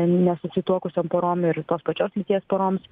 nesusituokusiom porom ir tos pačios lyties poroms